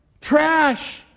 trash